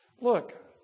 look